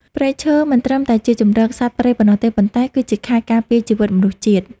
ព្រៃឈើមិនត្រឹមតែជាជម្រកសត្វព្រៃប៉ុណ្ណោះទេ ប៉ុន្តែគឺជាខែលការពារជីវិតមនុស្សជាតិ។